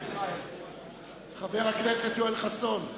חבר הכנסת יואל חסון,